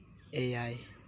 ᱮᱭᱟᱭ